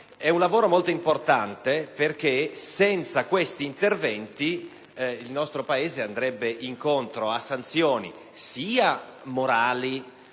di un lavoro importante, perché senza questi interventi il nostro Paese andrebbe incontro a sanzioni, sia di